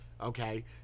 okay